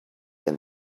than